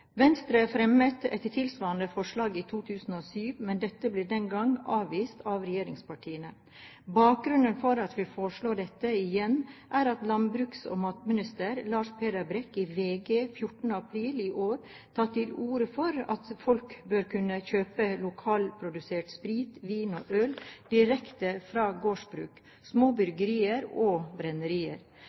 Venstre fremmet et tilsvarende forslag i 2007, men dette ble den gang avvist av regjeringspartiene. Bakgrunnen for at vi foreslår dette igjen, er at landbruks- og matminister Lars Peder Brekk i VG 14. april i år tar til orde for at folk bør kunne kjøpe lokalprodusert sprit, vin og øl direkte fra gårdsbruk, små bryggerier og brennerier.